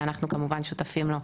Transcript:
שאנחנו כמובן שותפים לו,